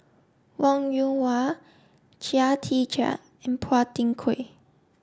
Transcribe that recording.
Wong Yoon Wah Chia Tee Chiak and Phua Thin Kiay